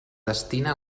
destina